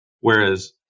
whereas